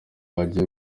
wagiye